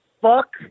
fuck